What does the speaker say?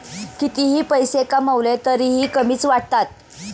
कितीही पैसे कमावले तरीही कमीच वाटतात